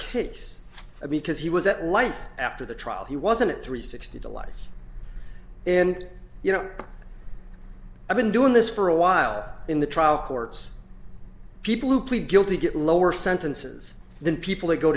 because he was that life after the trial he wasn't three sixty to life and you know i've been doing this for a while in the trial courts people who plead guilty get lower sentences than people who go